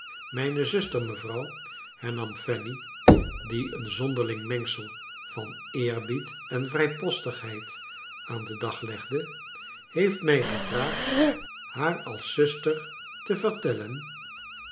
mijne zuster mevrouw hemam fanny die een zonderling mengsel van eerbied en vrijpostigheid aan dert dag legde heeft mij gevraagd haar als zuster te vertellen